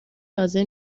لازم